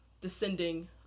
descending